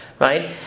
right